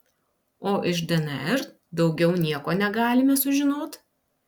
o iš dnr daugiau nieko negalime sužinot